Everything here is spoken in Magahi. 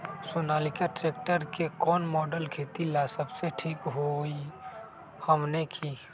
सोनालिका ट्रेक्टर के कौन मॉडल खेती ला सबसे ठीक होई हमने की?